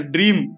Dream